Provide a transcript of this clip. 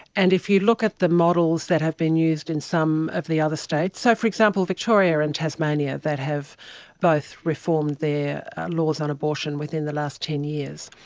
and if you look at the models that have been used in some of the other states, so, for example, victoria and tasmania, that have both reformed their laws on abortion within the last ten years,